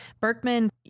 Berkman